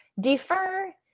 defer